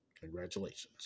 Congratulations